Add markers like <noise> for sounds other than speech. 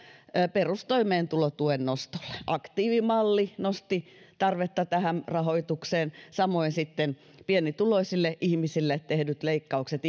perustoimeentulotuen nostolle aktiivimalli nosti tarvetta tähän rahoitukseen samoin sitten pienituloisille ihmisille tehdyt leikkaukset <unintelligible>